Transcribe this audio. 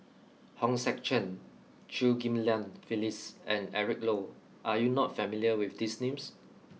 Hong Sek Chern Chew Ghim Lian Phyllis and Eric Low are you not familiar with these names